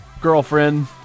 girlfriend